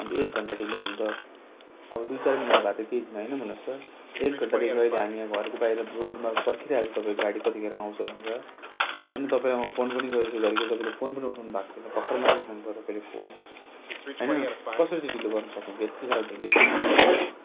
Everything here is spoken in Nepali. अन्त एक घन्टा ढिलो हुनु त अब दुई चार मिनट भए पनि त केही थिएन होइन भन्नुहोस् त एक घन्टादेखि अहिले हामी यहाँ घरको बाहिर रोडमा पर्खिरहेको छु तपाईँको गाडी कतिखेर आउँछ भनेर होइन तपाईँ अब फोन पनि गरेको छु घरिघरि तपाईँले फोन पनि उठाउनु भएको छैन भर्खर मात्रै उठाउनु भयो तपाईँले फोन होइन कसरी चाहिँ ढिलो गर्नु सक्नुहुन्छ यत्ति साह्रो ढिलो एक एक घन्टासम्म